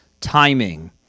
timing